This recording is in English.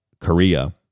Korea